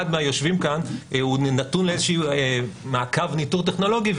מהיושבים כאן נתון לאיזה מעקב ניטור טכנולוגי,